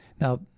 now